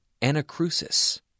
anacrusis